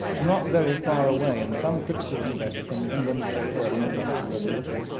not very far away in some critical respects from the england of the very early industrial revolution.